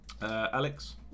Alex